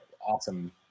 awesome